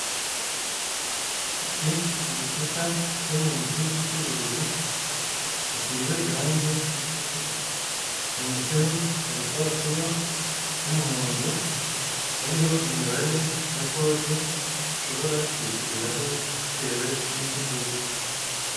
Iki ni igikuta cyo mu nzu y'ubucuruzi, gisize irangi ry'umweru, hometseho agapapuro k'umuhondo, hariho imibare ya kode ushobora kwishyuriraho bitewe n'icyo uguze.